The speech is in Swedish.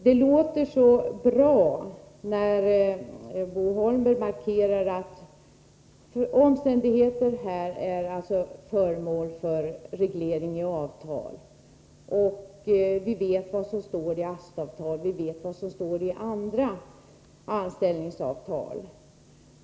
Det låter så bra när Bo Holmberg markerar att förhållandena är reglerade i avtal, och vi vet vad som står i AST-avtalet och i andra anställningsavtal.